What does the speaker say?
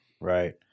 Right